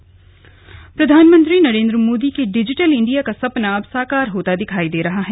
digital India प्रधानमंत्री नरेंद्र मोदी के digital India का सपना अब साकार होता दिखाई दे रहा है